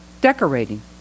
decorating